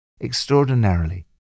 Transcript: Extraordinarily